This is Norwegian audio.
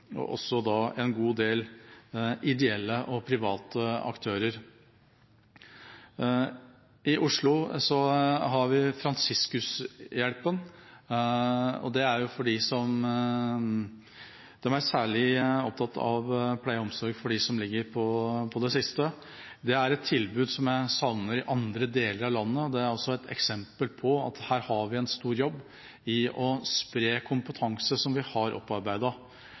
også en god del ideelle og private aktører. I Oslo har vi Franciscus-hjelpen som er særlig opptatt av pleie og omsorg for dem som ligger på det siste. Det er et tilbud jeg savner i andre deler av landet, og det er et eksempel på at her har vi en stor jobb å gjøre i å spre kompetanse som vi har